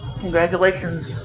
congratulations